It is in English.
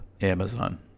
Amazon